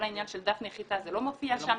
כל העניין של דף נחיתה לא מופיע שם.